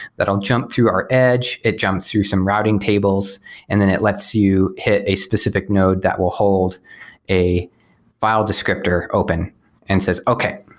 that'll jump through our edge. it jump through some routing tables and then it lets you hit a specific node that will hold a file descriptor open and says, okay.